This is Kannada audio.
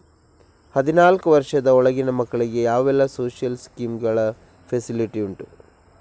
ಹದಿನಾಲ್ಕು ವರ್ಷದ ಒಳಗಿನ ಮಕ್ಕಳಿಗೆ ಯಾವೆಲ್ಲ ಸೋಶಿಯಲ್ ಸ್ಕೀಂಗಳ ಫೆಸಿಲಿಟಿ ಉಂಟು?